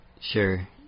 Sure